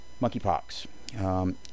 monkeypox